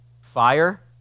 Fire